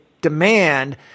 demand